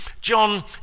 John